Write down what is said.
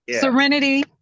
Serenity